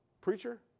Preacher